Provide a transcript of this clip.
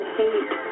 hate